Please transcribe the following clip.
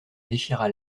déchira